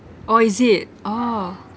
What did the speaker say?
oh is it oh